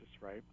right